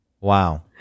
wow